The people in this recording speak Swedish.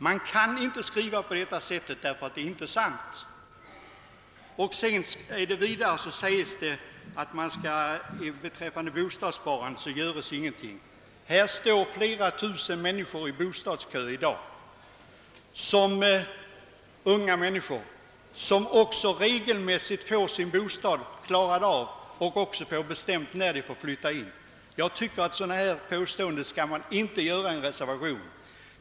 Man kan inte skriva på detta sätt, ty det är inte sant. Vidare påstår reservanterna att ingenting göres beträffande bostadssparandet. I dag står flera tusen unga människor i bostadskö som också regelmässigt erhåller sin bostad och får bestämt när de skall flytta in. Sådana här påståenden kan man inte göra i en reservation!